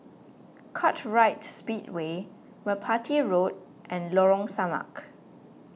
Kartright Speedway Merpati Road and Lorong Samak